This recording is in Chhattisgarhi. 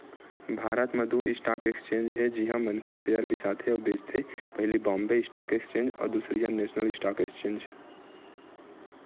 भारत म दू स्टॉक एक्सचेंज हे जिहाँ मनखे सेयर बिसाथे अउ बेंचथे पहिली बॉम्बे स्टॉक एक्सचेंज अउ दूसरइया नेसनल स्टॉक एक्सचेंज